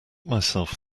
myself